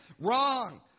Wrong